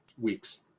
weeks